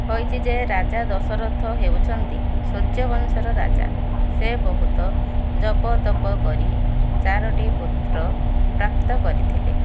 ହୋଇଛି ଯେ ରାଜା ଦଶରଥ ହେଉଛନ୍ତି ସୂର୍ଯ୍ୟବଂଶର ରାଜା ସେ ବହୁତ ଜପ ତପ କରି ଚାରୋଟି ପୁତ୍ର ପ୍ରାପ୍ତ କରିଥିଲେ